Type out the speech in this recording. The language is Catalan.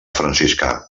franciscà